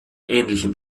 ähnlichem